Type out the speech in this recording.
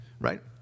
right